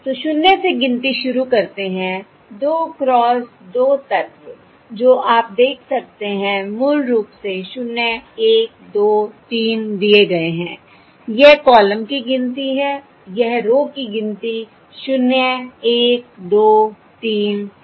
तो शून्य से गिनती शुरू करते हैं 2 क्रॉस 2 तत्व जो आप देख सकते हैं मूल रूप से शून्य एक दो तीन दिए गए हैं यह कॉलम की गिनती है यह रो की गिनती शून्य एक दो तीन है